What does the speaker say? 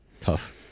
Tough